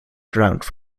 ground